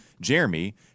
Jeremy